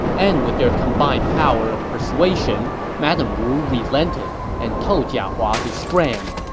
and with their combined power of persuasion, madame wu relented and told jia hua to scram,